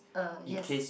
uh yes